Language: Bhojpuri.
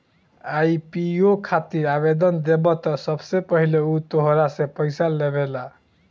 आई.पी.ओ खातिर आवेदन देबऽ त सबसे पहिले उ तोहरा से पइसा लेबेला